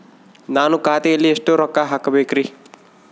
ನಾನು ಖಾತೆಯಲ್ಲಿ ಎಷ್ಟು ರೊಕ್ಕ ಹಾಕಬೇಕ್ರಿ?